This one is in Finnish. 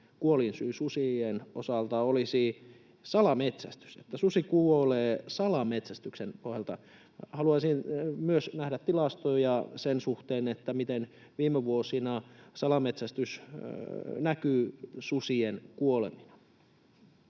kuolinsyy susien osalta olisi salametsästys, että susi kuolee salametsästyksen pohjalta. Haluaisin myös nähdä tilastoja sen suhteen, miten viime vuosina salametsästys näkyy susien kuolemina.